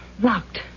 Locked